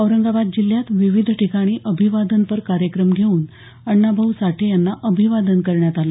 औरंगाबाद जिल्ह्यात विविध ठिकाणी अभिवादनपर कार्यक्रम घेऊन अण्णाभाऊ साठे यांना अभिवादन करण्यात आलं